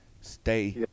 stay